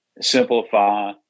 simplify